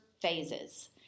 phases